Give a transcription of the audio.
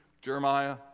Jeremiah